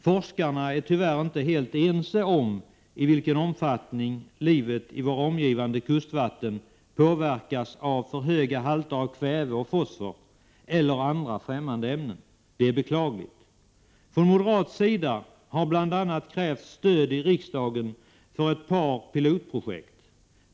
Forskarna är tyvärr inte helt ense om i vilken omfattning livet i våra omgivande kustvatten påverkas av för höga halter av kväve och fosfor eller andra främmande ämnen. Det är beklagligt. Från moderat sida har bl.a. krävts stöd i riksdagen för ett par pilotprojekt.